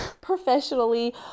professionally